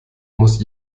muss